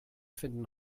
finden